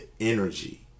energy